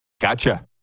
Gotcha